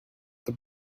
the